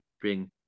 bring